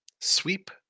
Sweep